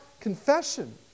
confession